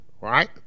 right